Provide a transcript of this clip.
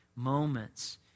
Moments